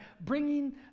bringing